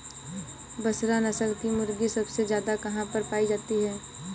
बसरा नस्ल की मुर्गी सबसे ज्यादा कहाँ पर पाई जाती है?